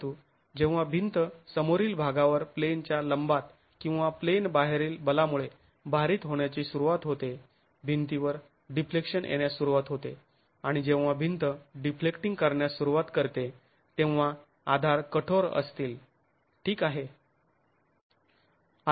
परंतु जेव्हा भिंत समोरील भागावर प्लेनच्या लंबात किंवा प्लेन बाहेरील बलामुळे भारीत होण्याची सुरुवात होते भिंतीवर डिफ्लेक्शन येण्यास सुरुवात होते आणि जेव्हा भिंत डिफ्लेक्टींग करण्यास सुरुवात करते जेव्हा आधार कठोर असतील ठीक आहे